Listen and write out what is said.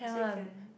still can